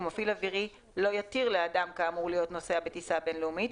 ומפעיל אווירי ולא יתיר לאדם כאמור להיות נוסע בטיסה בין-לאומית,